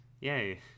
Yay